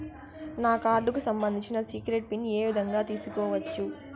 నా కార్డుకు సంబంధించిన సీక్రెట్ పిన్ ఏ విధంగా తీసుకోవచ్చు?